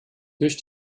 durch